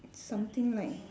something like